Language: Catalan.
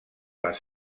les